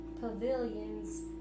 pavilions